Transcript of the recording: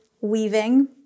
weaving